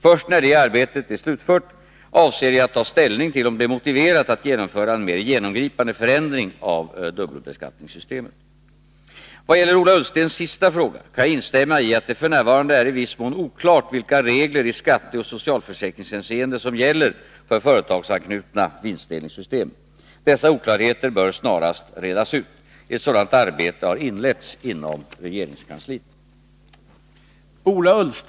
Först när detta arbete slutförts avser jag att ta ställning till om det är motiverat att genomföra en mer genomgripande förändring av dubbelbeskattningssystemet. Vad gäller Ola Ullstens sista fråga kan jag instämma i att det f. n. är i viss mån oklart vilka regler i skatteoch socialförsäkringshänseende som gäller för företagsanknutna vinstdelningssystem. Dessa oklarheter bör snarast redas ut. Ett sådant arbete har inletts inom regeringskansliet.